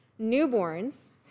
newborns